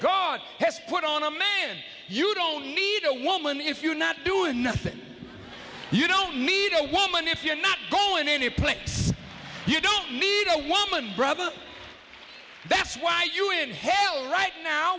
has put on a man you don't need a woman if you're not doing nothing you don't need a woman if you're not going anyplace you don't need a woman brother that's why you in hell right now